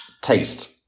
taste